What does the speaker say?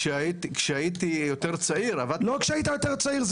כשהייתי יותר צעיר --- לא כשהיית יותר צעיר.